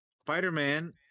Spider-Man